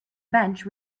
bench